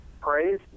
Praise